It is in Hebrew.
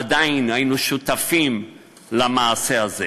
עדיין היינו שותפים למעשה הזה.